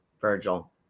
Virgil